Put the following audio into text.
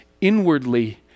inwardly